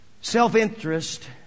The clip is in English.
Self-interest